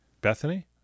Bethany